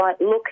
look